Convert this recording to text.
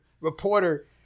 reporter